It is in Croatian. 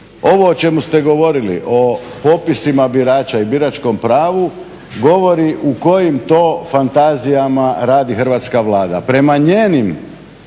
Ovo o čemu ste govorili, o popisima birača i biračkom pravu govori u kojim to fantazijama radi hrvatska Vlada. Prema njenim